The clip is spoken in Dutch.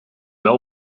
wel